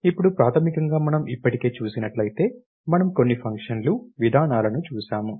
ఇప్పుడు ప్రాథమికంగా మనము ఇప్పటికే చూసినట్లయితే మనము కొన్ని ఫంక్షన్లు విధానాలను చూశాము